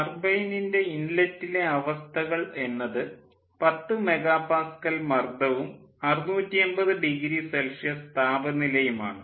ടർബൈനിൻ്റെ ഇൻലെറ്റിലെ അവസ്ഥകൾ എന്നത് 10 മെഗാപാസ്ക്കൽ മർദ്ദവും 650 ഡിഗ്രി സെൽഷ്യസ് താപനിലയും ആണ്